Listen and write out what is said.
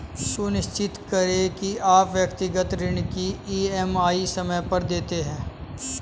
सुनिश्चित करें की आप व्यक्तिगत ऋण की ई.एम.आई समय पर देते हैं